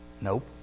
Nope